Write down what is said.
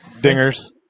dingers